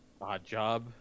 Oddjob